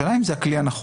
השאלה אם זה הכלי הנכון.